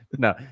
No